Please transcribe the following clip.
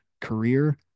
career